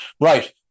Right